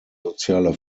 soziale